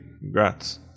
Congrats